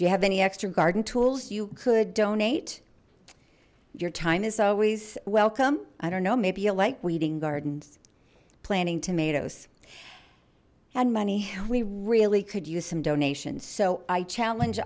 do you have any extra garden tools you could donate your time is always welcome i don't know maybe you like weeding gardens planting tomatoes and money how we really could use some donations so i challenge